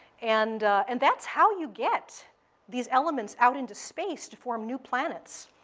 and and that's how you get these elements out into space to form new planets.